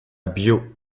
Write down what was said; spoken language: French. biot